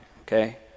okay